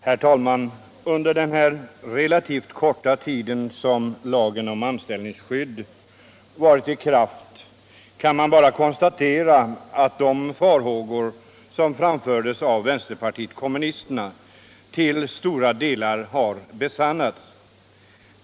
Herr talman! Under den relativt korta tid som lagen om anställningsskydd varit i kraft har man kunnat konstatera att de farhågor som framfördes av vänsterpartiet kommunisterna till stora delar har besannats.